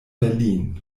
berlin